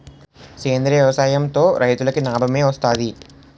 సేంద్రీయ వ్యవసాయం తో రైతులకి నాబమే వస్తది